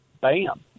Bam